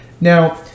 Now